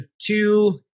two